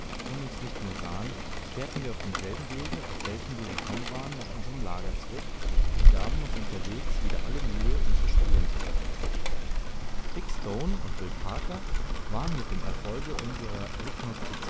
und uns nicht mehr sahen kehrten wir auf demselben wege auf welchem wir gekommen waren nach unserm lager zurück und gaben uns unterwegs wieder alle mühe unsere spuren zu verbergen dick stone und will parker waren mit dem erfolge unserer